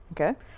Okay